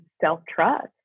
self-trust